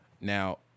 Now